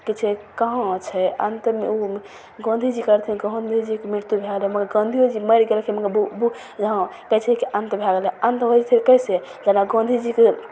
किछु कहाँ छै अन्त ओ गाँधीजी करथिन गाँधीजीके मृत्यु भै गेलै मगर गाँधीओजी मरि गेलखिन मगर बुक जे हँ कहै छै कि अन्त भै गेलै अन्त होइ छै कइसे जेना गाँधीजीके